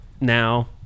now